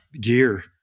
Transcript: gear